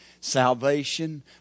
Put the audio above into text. salvation